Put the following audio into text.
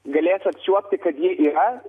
galės apčiuopti kad ji yra